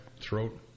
throat